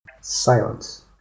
silence